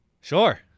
Sure